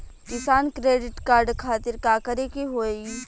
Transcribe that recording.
किसान credit card खातिर का करे के होई?